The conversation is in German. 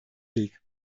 weg